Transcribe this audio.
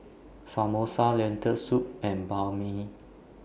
Samosa Lentil Soup and Banh MI